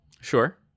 Sure